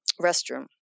restroom